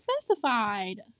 specified